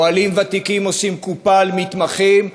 מוהלים ותיקים עושים קופה על מתמחים,